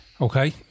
Okay